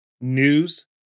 news